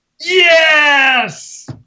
Yes